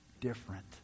Different